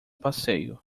passeio